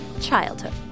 childhood